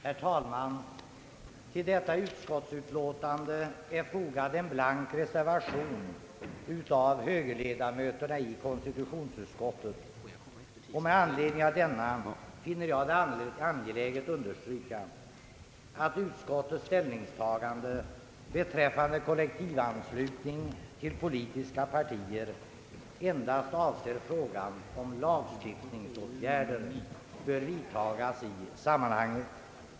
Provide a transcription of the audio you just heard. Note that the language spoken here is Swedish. Herr talman! Till detta utskottsutlåtande är fogad en blank reservation av högerledamöterna i konstitutionsutskottet. Med anledning av denna reservation finner jag det angeläget att understryka, att utskottets ställningstagande beträffande kollektivanslutning till politiska partier endast avser frågan om huruvida lagstiftningsåtgärder bör vidtagas i sammanhanget.